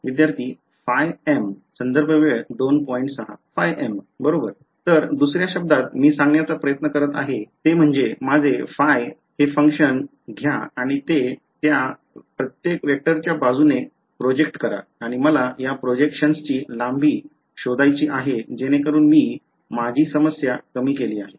ϕm बरोबर तर दुसर्या शब्दांत मी सांगण्याचा प्रयत्न करीत आहे ते म्हणजे माझे ϕ हे फंक्शन घ्या आणि ते या प्रत्येक वेक्टरच्या बाजूने प्रोजेक्ट करा आणि मला या प्रोजेकशन्सची लांबी शोधायची आहे जेणेकरून मी माझी समस्या कमी केली आहे